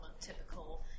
typical